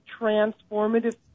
transformative